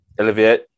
Olivier